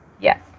Yes